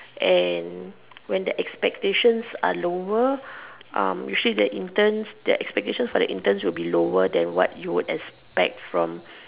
and when the expectation are lower um usually the interns the expectation for the interns will be lower than what you expect from